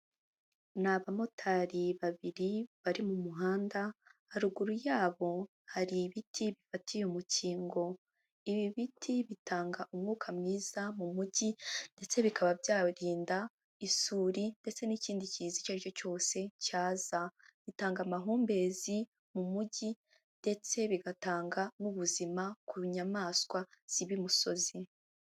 Ni abamotari babiri, bari mu muhanda, haruguru yabo hari ibiti bifatiye umukingo, ibi biti bitanga umwuka mwiza mu mujyi, ndetse bikaba byarinda isuri, ndetse n'ikindi kiza icyo ari cyo cyose cyaza, bitanga amahumbezi mu mujyi, ndetse bigatanga n'ubuzima ku nyamaswa ziba imusozi.